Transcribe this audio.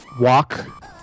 walk